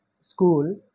school